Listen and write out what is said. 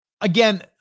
Again